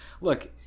look